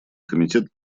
комитет